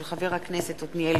מאת חברי הכנסת ג'מאל